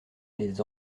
les